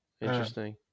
interesting